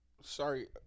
sorry